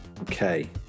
Okay